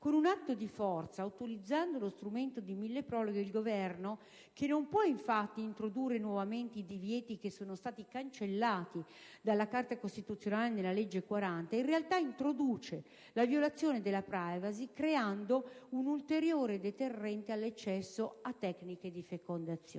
Con un atto di forza, utilizzando lo strumento del milleproroghe, il Governo - che non può, infatti, introdurre nuovamente i divieti che sono stati cancellati dalla Carta costituzionale nella legge n. 40 - in realtà introduce la violazione della *privacy*, creando un ulteriore deterrente all'accesso a tecniche di fecondazione.